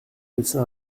médecin